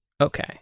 Okay